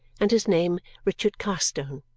and his name richard carstone.